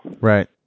right